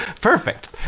Perfect